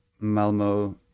malmo